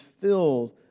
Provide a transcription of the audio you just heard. filled